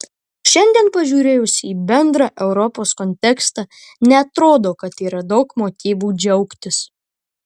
šiandien pažiūrėjus į bendrą europos kontekstą neatrodo kad yra daug motyvų džiaugtis